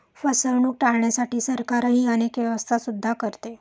फसवणूक टाळण्यासाठी सरकारही अनेक व्यवस्था सुद्धा करते